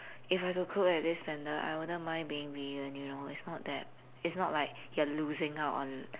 if I could cook at this standard I wouldn't mind being vegan you know it's not that it's not like you're losing out on